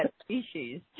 species